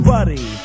Buddy